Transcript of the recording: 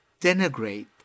denigrate